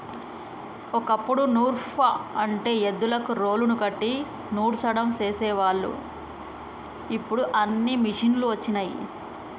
ఓ కప్పుడు నూర్పు అంటే ఎద్దులకు రోలుని కట్టి నూర్సడం చేసేవాళ్ళు ఇప్పుడు అన్నీ మిషనులు వచ్చినయ్